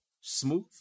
Smooth